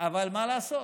אבל מה לעשות,